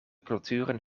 culturen